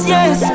Yes